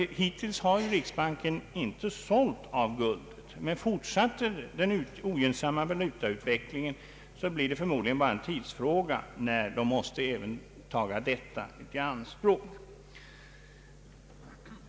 Hittills har riksbanken inte sålt av guldet, men fortsätter den ogynnsamma valutautvecklingen, blir det förmodligen bara en tidsfråga när man måste ta även detta i anspråk.